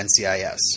NCIS